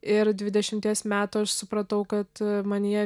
ir dvidešimties metų aš supratau kad manyje